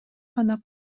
гана